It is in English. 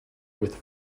with